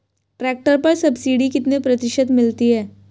Tractor पर subsidy कितने प्रतिशत मिलती है?